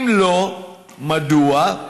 3. אם לא, מדוע?